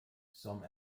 some